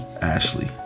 Ashley